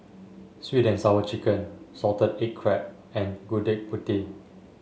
sweet and Sour Chicken Salted Egg Crab and Gudeg Putih